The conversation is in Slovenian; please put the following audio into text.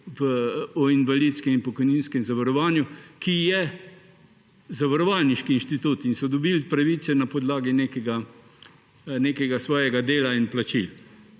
o pokojninskem in invalidskem zavarovanju, ki je zavarovalniški institut in so dobili pravice na podlagi nekega svojega dela in plačil.